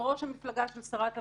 כשיושב-ראש המפלגה של שרת המשפטים,